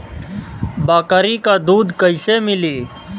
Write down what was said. बकरी क दूध कईसे मिली?